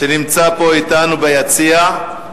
שנמצא פה אתנו ביציע,